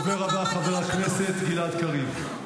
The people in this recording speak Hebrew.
הדובר הבא, חבר הכנסת גלעד קריב.